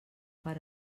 per